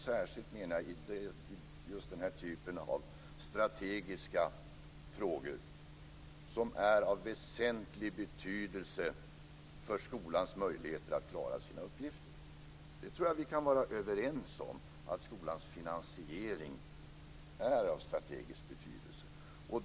Särskilt, menar jag, när det gäller just den här typen av strategiska frågor som är av väsentlig betydelse för skolans möjligheter att klara sina uppgifter. Jag tror att vi kan vara överens om att skolans finansiering är av strategisk betydelse.